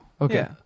Okay